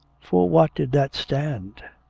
for what did that stand.